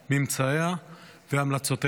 ממצאיה והמלצותיה.